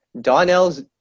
Donnell's